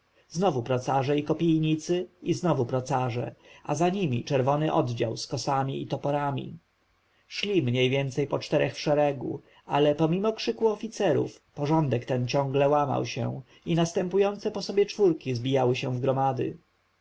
znowu procarze i kopijnicy i znowu procarze a za nimi czerwony oddział z kosami i toporami szli mniej więcej po czterech w szeregu ale pomimo krzyku oficerów porządek ten ciągle łamał się i następujące po sobie czwórki zbijały się w gromady